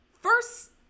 first